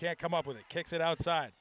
can't come up with kicks it outside